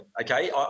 okay